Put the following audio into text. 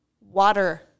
water